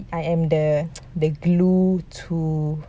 I am the the glue to